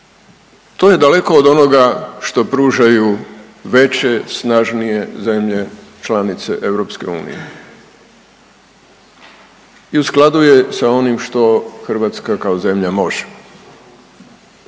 to je daleko od onoga što pružaju veće, snažnije zemlje članice EU i u skladu je sa onim što Hrvatska kao zemlja može